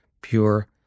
pure